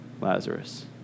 Lazarus